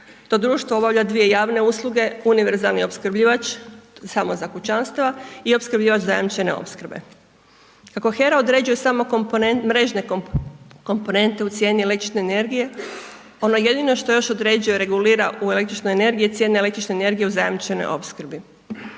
To društvo obavlja dvije javne usluge, univerzalni opskrbljivač samo za kućanstva i opskrbljivač zajamčene opskrbe. Kako HERA određuje samo mrežne komponente u cijeni električne energije, ono jedino što još određuje, regulira u električnoj energiji je cijena električne energije u zajamčenoj opskrbi.